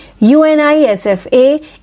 UNISFA